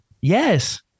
Yes